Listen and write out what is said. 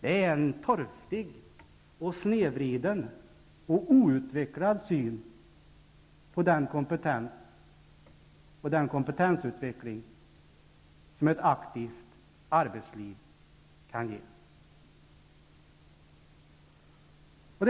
Det är en torftig, snedvriden och outvecklad syn på den kompetens och kompetensutveckling som ett aktivt arbetsliv kan ge.